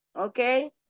okay